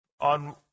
On